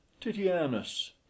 titianus